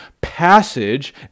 passage